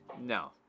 No